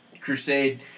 Crusade